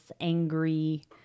angry